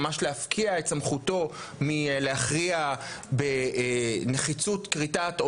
ממש להפקיע את סמכותו מלהכריע בנחיצות כריתת או